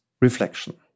reflection